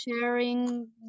sharing